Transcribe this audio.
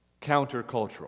countercultural